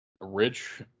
Rich